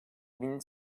bin